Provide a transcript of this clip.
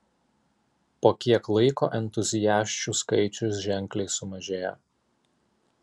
po kiek laiko entuziasčių skaičius ženkliai sumažėjo